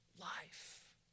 life